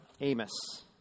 Amos